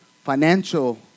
Financial